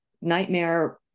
nightmare